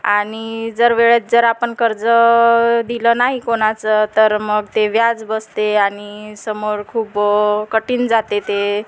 आणि जर वेळेत जर आपण कर्ज दिलं नाही कोणाचं तर मग ते व्याज बसते आणि समोर खूप कठीण जाते ते